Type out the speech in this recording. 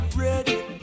ready